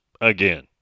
again